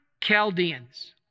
Chaldeans